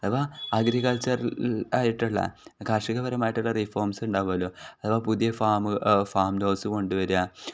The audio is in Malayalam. അഥവാ അഗ്രികൾച്ചറൽ ആയിട്ടുള്ള കാർഷികപരമായിട്ടുള്ള റിഫോംസ് ഉണ്ടാകുമല്ലോ അഥവാ പുതിയ ഫാമ് ഫാം ഹൗസ് കൊണ്ടു വരിക